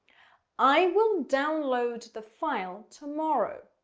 i will download the file tomorrow.